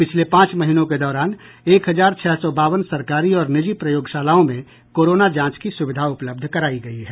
पिछले पांच महीनों के दौरान एक हजार छह सौ बावन सरकारी और निजी प्रयोगशालाओं में कोरोना जांच की सुविधा उपलब्ध करायी गई है